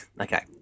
okay